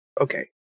okay